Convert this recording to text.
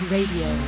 Radio